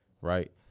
Right